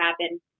happen